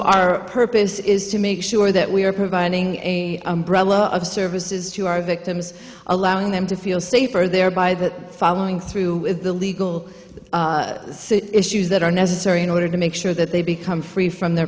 our purpose is to make sure that we are providing a umbrella of services to our victims allowing them to feel safer thereby that following through the legal issues that are necessary in order to make sure that they become free from their